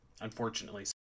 unfortunately